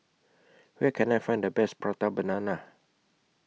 Where Can I Find The Best Prata Banana